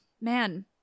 man